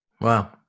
Wow